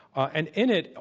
and in it,